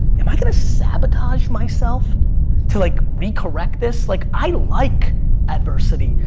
am i gonna sabotage myself to like re correct this? like i like adversity.